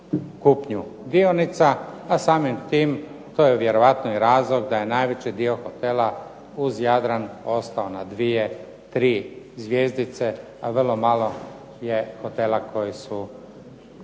kupnju dionica, a samim tim to je vjerojatno razlog da je najveći dio hotela uz Jadran ostao na 2, 3 zvjezdice a vrlo malo je hotela koji su